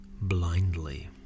blindly